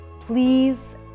please